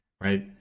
right